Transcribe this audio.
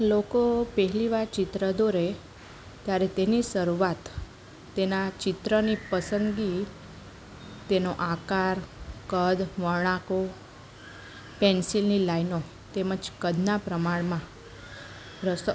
લોકો પહેલી વાર ચિત્ર દોરે ત્યારે તેની શરૂઆત તેના ચિત્રની પસંદગી તેનો આકાર કદ વળાંકો પેન્સિલની લાઈનો તેમજ કદના પ્રમાણમાં રસ